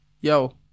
Yo